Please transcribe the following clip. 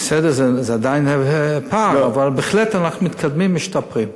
עדיין זה פער, אבל בהחלט, אנחנו מתקדמים ומשתפרים.